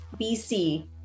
BC